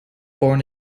born